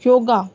yoga